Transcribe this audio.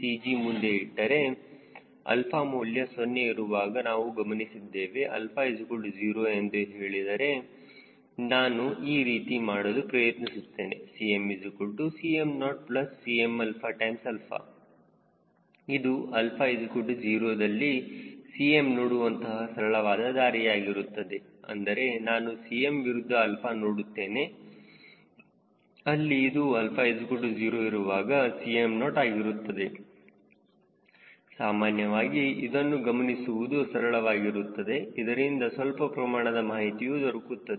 c CG ಮುಂದೆ ಇಟ್ಟರೆ ಅಲ್ಪ ಮೌಲ್ಯ 0 ಇರುವಾಗಲೂ ನಾವು ಗಮನಿಸಿದ್ದೇವೆ 𝛼 0 ಎಂದು ಹೇಳಿದರು ನಾನು ಈ ರೀತಿ ಮಾಡಲು ಪ್ರಯತ್ನಿಸುತ್ತೇನೆ 𝐶m 𝐶mO 𝐶mα ∗ 𝛼 ಇದು 𝛼 0ದಲ್ಲಿ Cm ನೋಡುವಂತಹ ಸರಳವಾದ ದಾರಿಯಾಗಿರುತ್ತದೆ ಅಂದರೆ ನಾನು Cm ವಿರುದ್ಧ 𝛼 ನೋಡುತ್ತೇನೆ ಅಲ್ಲಿ ಇದು 𝛼 0 ಇರುವಾಗ 𝐶mO ಆಗಿರುತ್ತದೆ ಸಾಮಾನ್ಯವಾಗಿ ಇದನ್ನು ಗಮನಿಸುವುದು ಸರಳವಾಗಿರುತ್ತದೆ ಇದರಿಂದ ಸ್ವಲ್ಪ ಪ್ರಮಾಣದ ಮಾಹಿತಿಯು ದೊರಕುತ್ತದೆ